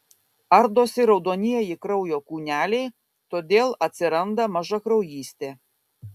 ardosi raudonieji kraujo kūneliai todėl atsiranda mažakraujystė